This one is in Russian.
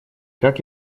как